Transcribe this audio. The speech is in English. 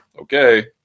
okay